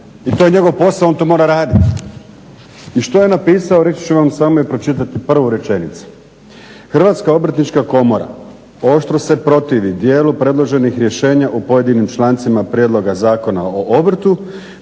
I to je njegov posao i on to mora raditi. I što je napisao reći ću vam samo i pročitati prvu rečenicu. Hrvatska obrtnička komora oštro se protivi dijelu predloženih rješenja u pojedinim člancima prijedloga Zakona o obrtu